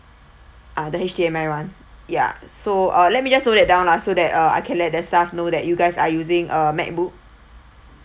ah the H_D_M_I one ya so ah let me just note that down lah so that uh I can let the staff know that you guys are using a macbook